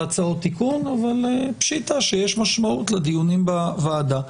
הצעות תיקון אבל פשיטא שיש משמעות לדיונים בוועדה.